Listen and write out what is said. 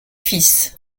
fils